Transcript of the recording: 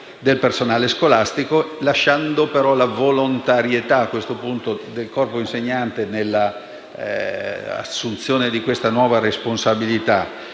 del personale scolastico, lasciando però alla volontarietà del corpo insegnante l'assunzione di questa nuova responsabilità.